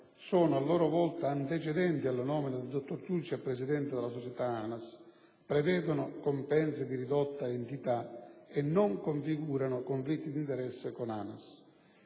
sono a loro volta antecedenti alla nomina del dottor Ciucci a presidente della società ANAS, prevedono compensi di ridotta entità e non configurano conflitti d'interesse con ANAS.